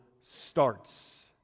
starts